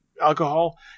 alcohol